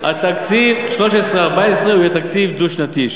תקציב 2013 2014 יהיה תקציב דו-שנתי,